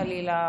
חלילה,